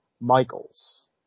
Michaels